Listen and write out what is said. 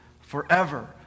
forever